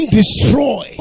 destroy